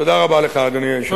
תודה רבה לך, אדוני היושב-ראש.